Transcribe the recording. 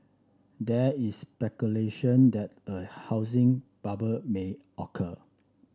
there is speculation that a housing bubble may occur